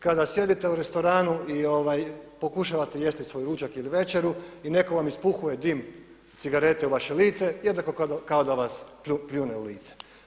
Kada sjedite u restoranu i pokušavate jesti svoj ručak ili večeru i netko vam ispuhuje dim cigarete u vaše lice, jednako kao da vas pljune u lice.